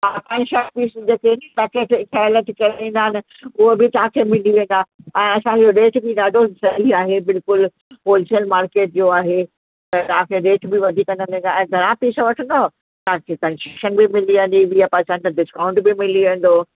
हा pant shirt piece जेके package ठहियल ठुकियल ईंदा आहिनि उहे बि तव्हांखे मिली वेंदा ऐं असांजो रेट बि ॾाढो सही आहे बिल्कुलु होलसेल मार्केट जो आहे त तव्हांखे रेट बि वधीक न लॻाए ऐं घणा पीस वठंदव तव्हांखे कंसेशन बि मिली वेंदी वीह परसंट डिस्काउंट बि मिली वेंदो